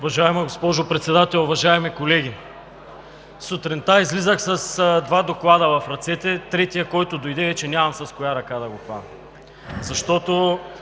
Уважаема госпожо Председател, уважаеми колеги! Сутринта излизах с два доклада в ръцете. Третият, който дойде, вече нямам с коя ръка да го хвана.